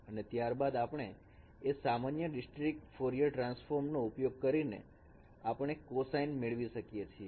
અને ત્યારબાદ આપણે એ સામાન્ય ડીસ્ક્રિટ ફોરયર ટ્રાન્સફોર્મ નો ઉપયોગ કરીને આપણે કોસાઈન મેળવી શકીએ છીએ